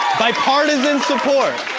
bipartisan support!